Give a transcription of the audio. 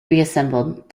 reassembled